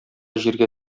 җиргә